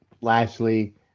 Lashley